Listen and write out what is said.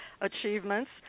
achievements